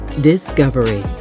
discovery